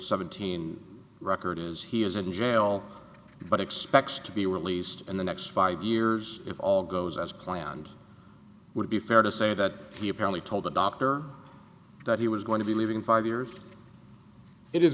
seventeen record he is in jail but expects to be released in the next five years if all goes as planned would be fair to say that he apparently told the doctor that he was going to be leaving five years it is